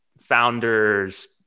founders